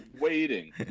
waiting